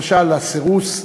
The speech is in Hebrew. למשל הסירוס,